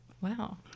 Wow